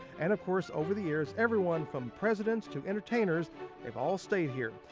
and of course over the years, everyone from presidents to entertainers have all stayed here.